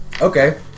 Okay